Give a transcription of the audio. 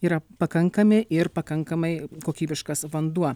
yra pakankami ir pakankamai kokybiškas vanduo